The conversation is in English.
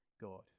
God